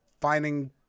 finding